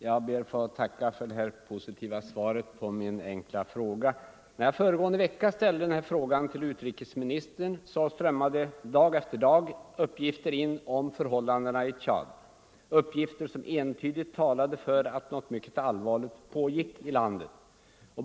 Herr talman! Jag tackar för detta positiva svar på min enkla fråga. När jag föregående vecka ställde denna fråga till utrikesministern strömmade dag efter dag uppgifter in om förhållandena i Tchad — uppgifter som entydigt talade för att något mycket allvarligt pågick i landet.